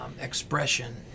expression